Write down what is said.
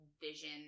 vision